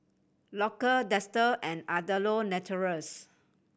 Loacker Dester and Andalou Naturals